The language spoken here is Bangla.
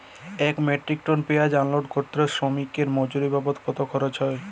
এক মেট্রিক টন পেঁয়াজ আনলোড করতে শ্রমিকের মজুরি বাবদ কত খরচ হয়?